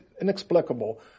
inexplicable